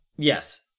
Yes